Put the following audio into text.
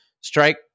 Strike